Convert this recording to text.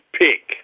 pick